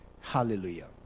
hallelujah